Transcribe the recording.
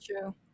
True